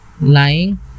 lying